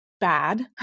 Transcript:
bad